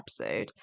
episode